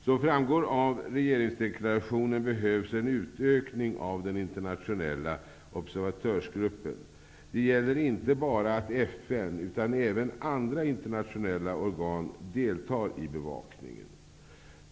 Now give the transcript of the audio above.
Som framgår av regeringsdeklarationen behövs en utökning av den internationella observatörsgruppen. Det gäller inte bara att FN utan att även andra internationella organ deltar i bevakningen.